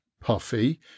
puffy